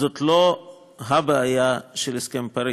זאת לא הבעיה של הסכם פריז.